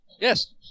Yes